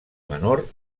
menor